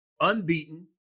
Unbeaten